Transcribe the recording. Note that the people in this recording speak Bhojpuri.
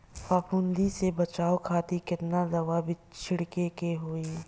फाफूंदी से बचाव खातिर केतना दावा छीड़के के होई?